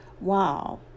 Wow